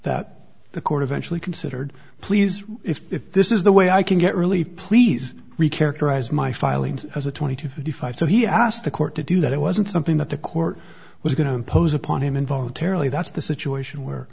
that the court eventually considered please if this is the way i can get relief please we characterize my filings as a twenty to thirty five so he asked the court to do that it wasn't something that the court was going to impose upon him involuntarily that's the situation where